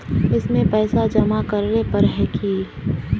इसमें पैसा जमा करेला पर है की?